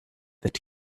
that